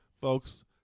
Folks